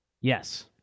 Yes